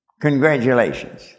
Congratulations